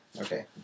Okay